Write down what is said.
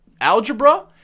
Algebra